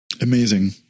Amazing